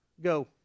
go